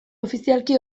ofizialki